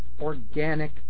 organic